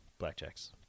blackjacks